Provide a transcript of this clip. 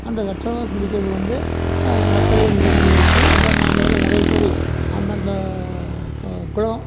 அந்த வெத்தலை பிடிக்கிறது வந்து வெத்தலையை முன்னாடி வச்சு அப்பறம் நாங்கள் வந்து முறை படி அந்தந்த குலம்